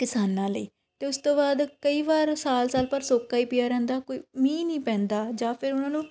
ਕਿਸਾਨਾਂ ਲਈ ਅਤੇ ਉਸ ਤੋਂ ਬਾਅਦ ਕਈ ਵਾਰ ਸਾਲ ਸਾਲ ਭਰ ਸੋਕਾ ਹੀ ਪਿਆ ਰਹਿੰਦਾ ਕੋਈ ਮੀਂਹ ਨਹੀਂ ਪੈਂਦਾ ਜਾਂ ਫਿਰ ਉਹਨਾਂ ਨੂੰ